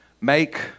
make